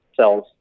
cells